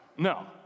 no